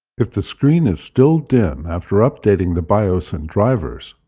if the screen is still dim after updating the bios and drivers,